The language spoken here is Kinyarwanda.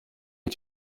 iki